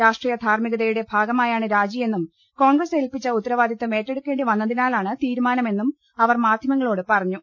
രാഷ്ട്രീയ ധാർമികതയുടെ ഭാഗമായാണ് രാജി യെന്നും കോൺഗ്രസ് ഏൽപിച്ച് ഉത്തരവാദിത്വം ഏറ്റെടുക്കേണ്ടി വന്നതിനാലാണ് തീരുമാനമെന്നും അവർ മാധ്യമങ്ങളോട് പറ ഞ്ഞു